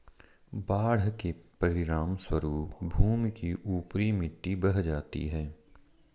बाढ़ के परिणामस्वरूप भूमि की ऊपरी मिट्टी बह जाती है